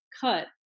cut